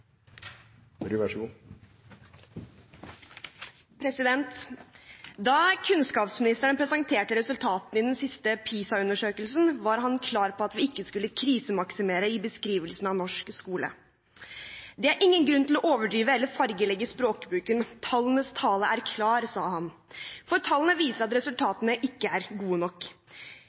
siste PlSA-undersøkelsen, var han klar på at vi ikke skulle krisemaksimere i beskrivelsen av norsk skole. Det er ingen grunn til å overdrive eller fargelegge språkbruken. Tallenes tale er klar, sa han. For tallene viser at resultatene ikke er gode nok.